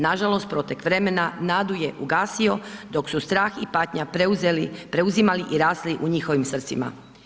Nažalost protek vremena nadu je ugasio dok su strah i patnja preuzeli, preuzimali i rasli u njihovim srcima.